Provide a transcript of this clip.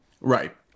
Right